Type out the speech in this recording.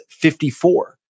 54